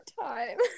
time